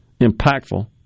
impactful